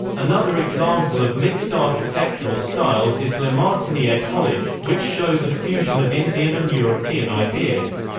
another example of mixed architectural styles is la martiniere college, which shows a fusion of indian and european ideas.